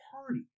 party